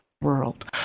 world